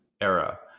era